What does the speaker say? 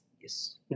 Yes